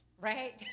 right